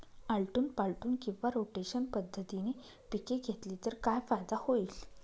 आलटून पालटून किंवा रोटेशन पद्धतीने पिके घेतली तर काय फायदा होईल?